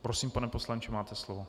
Prosím, pane poslanče, máte slovo.